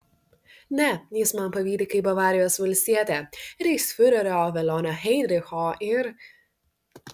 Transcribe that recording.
ne jis man pavydi kaip bavarijos valstietė reichsfiurerio velionio heidricho ir